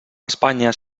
espanya